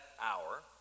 hour